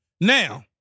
Now